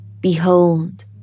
Behold